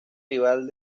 rival